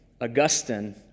Augustine